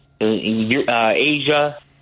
Asia